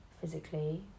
physically